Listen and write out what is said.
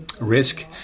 Risk